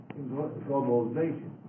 globalization